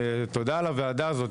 תודה על הוועדה הזו.